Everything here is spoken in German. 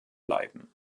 bleiben